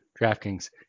DraftKings